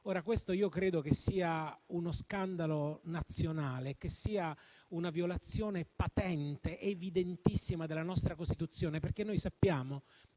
che questo sia uno scandalo nazionale e una violazione patente ed evidentissima della nostra Costituzione, perché noi sappiamo